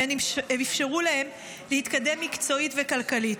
ואפשרו להם להתקדם מקצועית וכלכלית.